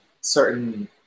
certain